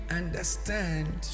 understand